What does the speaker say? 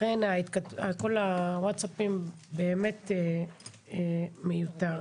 לכן כל הוואטסאפים באמת מיותרים.